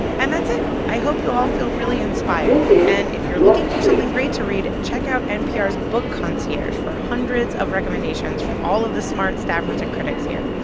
and that's it. i hope you all feel really inspired. and if you're looking for something great to read, check out npr's book concierge for hundreds of recommendations from all of the smart staffers and critics here.